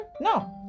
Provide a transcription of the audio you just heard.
No